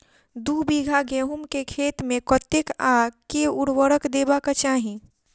दु बीघा गहूम केँ खेत मे कतेक आ केँ उर्वरक देबाक चाहि?